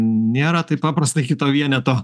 nėra taip paprasta iki to vieneto